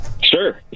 Sure